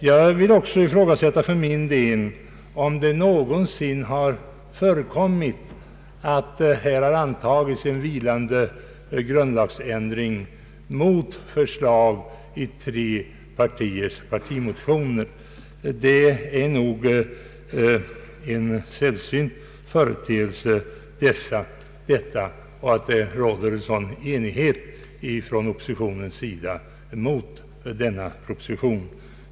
Jag vill också ifrågasätta om det någonsin har förekommit att här har antagits en vilande grundlagsändring mot förslag i tre partiers partimotioner. Det är nog sällsynt att det råder sådan enighet från oppositionens sida beträffande en grundlagsproposition som denna.